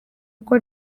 uko